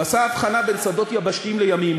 הוא עשה הבחנה בין שדות יבשתיים לימיים.